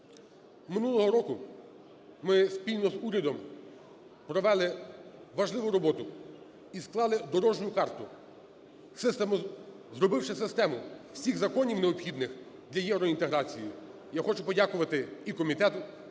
Минулого року ми спільно з урядом провели важливу роботу і склали дорожню карту, зробивши систему всіх законів, необхідних для євроінтеграції. Я хочу подякувати і комітету,